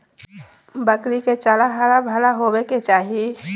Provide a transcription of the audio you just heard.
बकरी के चारा हरा भरा होबय के चाही